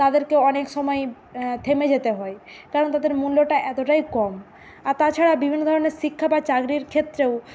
তাদেরকে অনেক সময়ই থেমে যেতে হয় কারণ তাদের মূল্যটা এতটাই কম আর তাছাড়া বিভিন্ন ধরনের শিক্ষা বা চাকরির ক্ষেত্রেও